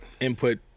input